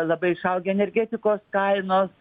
labai išaugę energetikos kainos